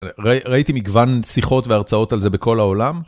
ראיתי מגוון שיחות והרצאות על זה בכל העולם.